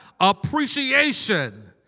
appreciation